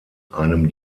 einem